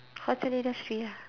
hotel industry lah